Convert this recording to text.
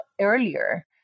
earlier